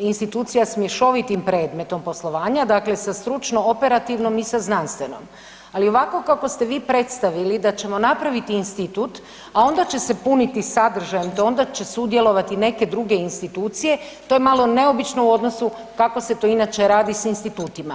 institucija s mješovitim predmetom poslovanja, dakle sa stručno—operativnom i sa znanstvenom ali ovako kako ste vi predstavili da ćemo napraviti institut a onda će se puniti sadržajem, onda će sudjelovati neke druge institucije, to je malo neobično u odnosu kako se to inače radi s institutima.